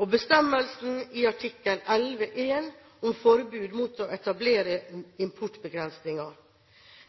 og bestemmelsen i artikkel XI:1 om forbud mot å etablere importbegrensninger.